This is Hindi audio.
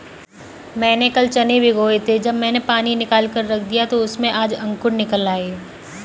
मैंने कल चने भिगोए थे जब मैंने पानी निकालकर रख दिया तो उसमें आज अंकुर निकल आए